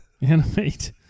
Animate